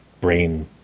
brain